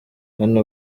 hano